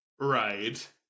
right